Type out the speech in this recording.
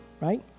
right